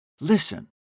listen